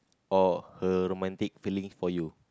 or her romantic feelings for you